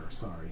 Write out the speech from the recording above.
sorry